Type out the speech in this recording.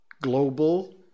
Global